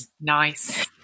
Nice